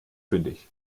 fündig